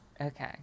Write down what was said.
Okay